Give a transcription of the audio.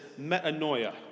metanoia